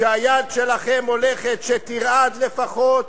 שהיד שלכם הולכת, שתרעד לפחות.